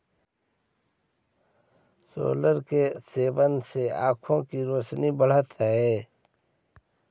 सोरल के सेवन से आंखों की रोशनी बढ़अ हई